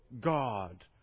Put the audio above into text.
God